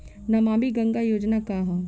नमामि गंगा योजना का ह?